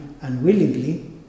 unwillingly